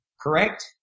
Correct